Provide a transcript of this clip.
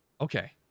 Okay